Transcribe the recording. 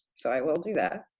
so i will do that.